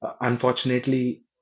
unfortunately